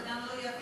זה גם לא,